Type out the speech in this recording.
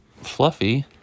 Fluffy